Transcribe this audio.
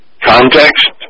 context